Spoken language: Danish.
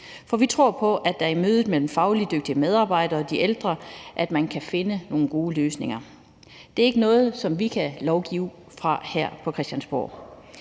For vi tror på, at der i mødet mellem fagligt dygtige medarbejdere og de ældre kan finde nogle gode løsninger. Det er ikke noget, som vi kan lovgive om her fra Christiansborgs